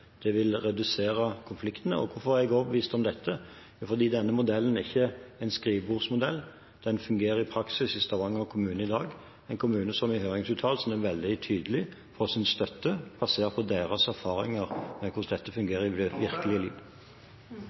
redusere konfliktene. Hvorfor er jeg overbevist om dette? Jo, fordi denne modellen ikke er en skrivebordsmodell, den fungerer i praksis i Stavanger kommune i dag, en kommune som i høringsuttalelsen er veldig tydelig på sin støtte basert på deres erfaringer med hvordan dette fungerer … Eg registrerer at statsråden seier at mange kommunar i